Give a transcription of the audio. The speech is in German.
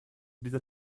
dieser